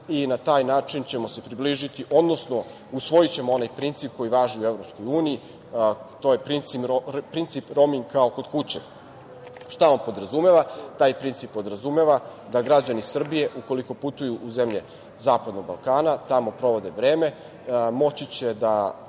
i na taj način ćemo se približiti, odnosno usvojićemo onaj princip koji važi u EU, to je princip „roming kao kod kuće“.Šta on podrazumeva? Taj princip podrazumeva da građani Srbije, ukoliko putuju u zemlje zapadnog Balkana, tamo provode vreme, moći će da